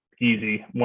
easy